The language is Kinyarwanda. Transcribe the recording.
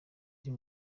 iyo